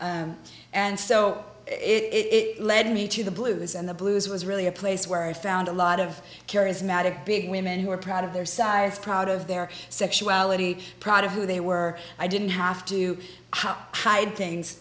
performers and so it led me to the blues and the blues was really a place where i found a lot of charismatic big women who are proud of their size proud of their sexuality proud of who they were i didn't have to how hide things